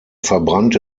verbrannte